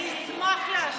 אני אשמח להשיב.